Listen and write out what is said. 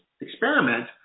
experiment